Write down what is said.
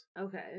Okay